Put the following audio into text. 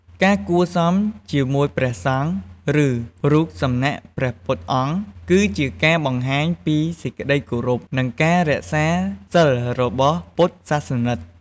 ការគួរសមជាមួយព្រះសង្ឃ និងរូបសំណាកព្រះពុទ្ធអង្គ គឺជាការបង្ហាញពីសេចក្ដីគោរព និងការរក្សាសីលរបស់ពុទ្ធសាសនិក។